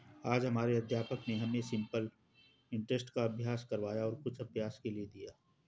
आज हमारे अध्यापक ने हमें सिंपल इंटरेस्ट का अभ्यास करवाया और कुछ अभ्यास के लिए दिया